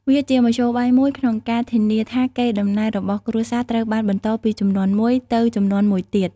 វាជាមធ្យោបាយមួយក្នុងការធានាថាកេរដំណែលរបស់គ្រួសារត្រូវបានបន្តពីជំនាន់មួយទៅជំនាន់មួយទៀត។